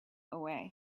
away